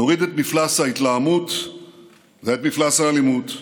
נוריד את מפלס ההתלהמות ואת מפלס האלימות,